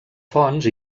fonts